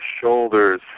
shoulders